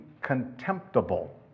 contemptible